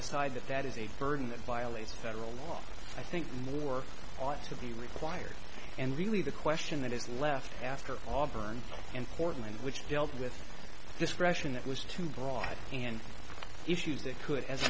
decide that that is a burden that violates federal law i think the work ought to be required and really the question that is left after all burn in portland which dealt with discretion that was too broad and issues that could as